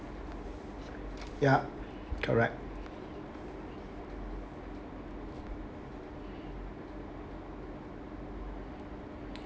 ya correct